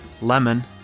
lemon